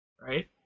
right